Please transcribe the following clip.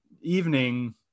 evening